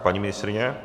Paní ministryně?